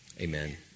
Amen